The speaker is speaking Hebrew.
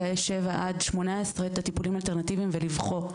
שבע ועד 18 טיפולים אלטרנטיביים ולבחור.